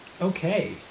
Okay